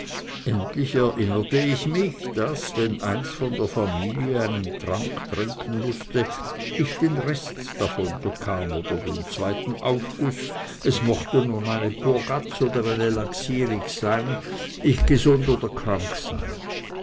endlich erinnerte ich mich daß wenn eins von der familie einen trank trinken mußte ich den rest davon bekam oder den zweiten aufguß es mochte nun eine purgaz oder eine laxierig ich gesund oder krank sein